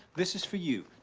this is for you.